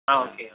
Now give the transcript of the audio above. ஆ okay